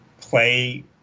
play